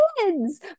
kids